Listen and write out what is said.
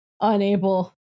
unable